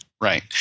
Right